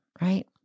right